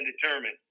determined